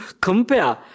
compare